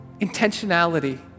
intentionality